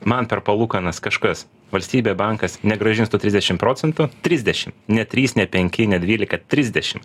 man per palūkanas kažkas valstybė bankas negrąžins tų trisdešim procentų trisdešim ne trys nė penki ne dvylika trisdešim